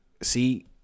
See